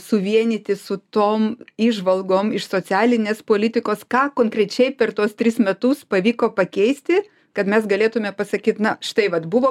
suvienyti su tom įžvalgom iš socialinės politikos ką konkrečiai per tuos tris metus pavyko pakeisti kad mes galėtume pasakyti na štai vat buvo